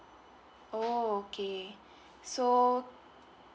oh okay so